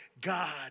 God